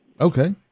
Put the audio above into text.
Okay